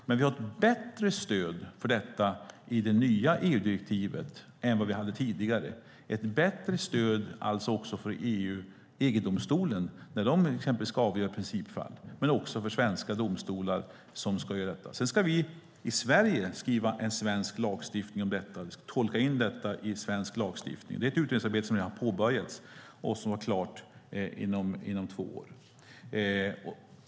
Vi har dock ett bättre stöd för detta i det nya EU-direktivet än vad vi hade tidigare, även för EU-domstolen när den till exempel ska avgöra i principfall och för svenska domstolar. I Sverige ska vi skriva en svensk lagstiftning om detta; vi ska tolka in det i svensk lagstiftning. Det är ett utredningsarbete som har påbörjats och som ska vara klart inom två år.